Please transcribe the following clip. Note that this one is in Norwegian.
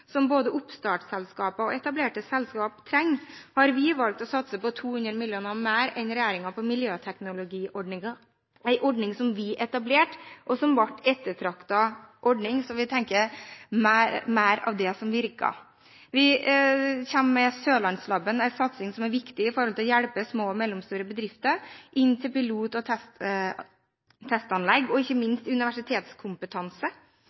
som både oppstartsselskaper og etablerte selskaper trenger, har vi valgt å satse 200 mill. kr mer enn regjeringen på miljøteknologiordningen, en ordning som vi etablerte, og som ble en ettertraktet ordning – som vi tenker er mer av det som virker. Vi kommer med Sørlandslab, en satsing som er viktig for å hjelpe små og mellomstore bedrifter inn til pilot- og testanlegg, og ikke